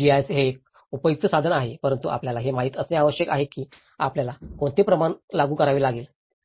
GIS हे एक उपयुक्त साधन आहे परंतु आपल्याला हे माहित असणे आवश्यक आहे की आपल्याला कोणते प्रमाण लागू करावे लागेल